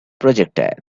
projectile